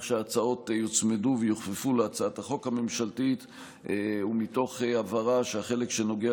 שההצעות יוצמדו ויוכפפו להצעת החוק הממשלתית ומתוך הבהרה שהחלק שנוגע